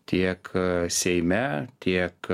tiek seime tiek